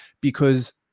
because-